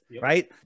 right